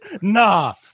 Nah